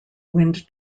wind